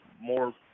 more